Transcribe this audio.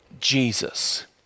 Jesus